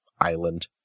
island